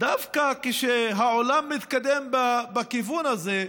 דווקא כשהעולם מתקדם בכיוון הזה,